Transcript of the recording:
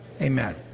Amen